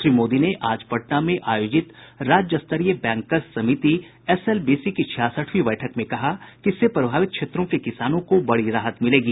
श्री मोदी ने आज पटना में आयोजित राज्य स्तरीय बैंकर्स समिति एसएलबीसी की छियासठवीं बैठक में कहा कि इससे प्रभावित क्षेत्रों के किसानों को बड़ी राहत मिलेगी